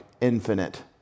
infinite